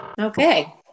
Okay